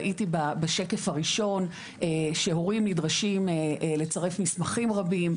ראיתי בשקף הראשון שהורים נדרשים לצרף מסמכים רבים,